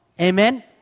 Amen